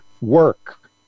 work